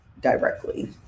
directly